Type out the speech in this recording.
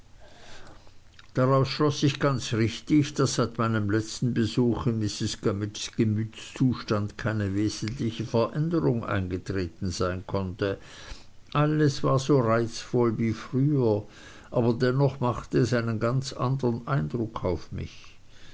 daraus schloß ich ganz richtig daß seit meinem letzten besuch in mrs gummidges gemütszustand keine wesentliche veränderung eingetreten sein konnte alles war so reizvoll wie früher aber dennoch machte es einen ganz andern eindruck auf mich